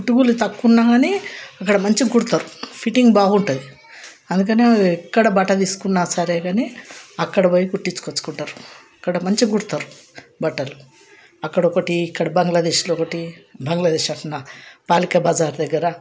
పుట్టుగుళ్ళు తక్కువ ఉన్నాగానీ అక్కడ మంచిగా కుడతారు ఫిట్టింగ్ బాగుంటుంది అందుకనే ఎక్కడ బట్ట తీసుకున్నా సరేగానీ అక్కడ పోయి కుట్టించుకొచ్చుకుంటారు అక్కడ మంచిగా కుడతారు బట్టలు అక్కడ ఒకటి ఇక్కడ బంగ్లాదేశ్లో ఒకటి బంగ్లాదేశ్ అంటున్న పాలకే బజార్ దగ్గర